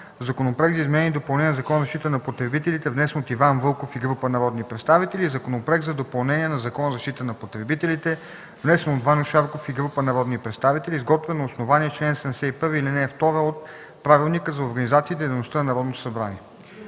Законопроект за изменение и допълнение на Закона за защита на потребителите, внесен от Иван Вълков и група народни представители, и Законопроект за допълнение на Закона за защита на потребителите, внесен от Ваньо Шарков и група народни представители, изготвен на основание чл. 71, ал. 2 от Правилника за